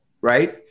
right